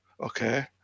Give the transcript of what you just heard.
okay